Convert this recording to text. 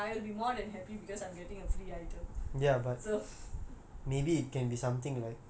why would there be a worse it's I would be more than happy because I'm getting a free item